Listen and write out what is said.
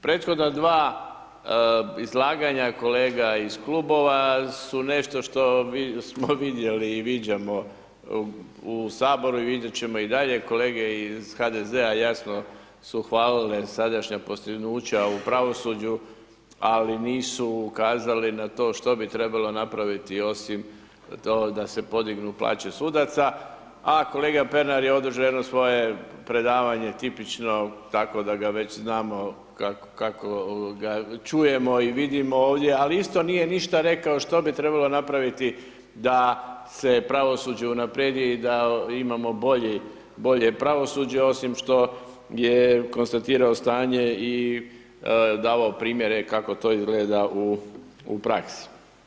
Prethodna dva izlaganja je kolega iz klubova su nešto što smo vidjeli i viđamo u saboru i viđat ćemo i dalje, kolege iz HDZ-a jasno su hvalile sadašnja postignuća u pravosuđu, ali nisu ukazali na to što bi trebalo napraviti osim to da se podignu plaće sudaca, a kolega Pernar je održo jedno svoje predavanje tipično tako da ga već znamo kako ovoga čujemo i vidimo ovdje, ali isto nije ništa rekao što bi trebalo napraviti da se pravosuđe unaprijedi i da imamo bolji, bolje pravosuđe osim što je konstatirao stanje i davao primjere kako to izgleda u praksi.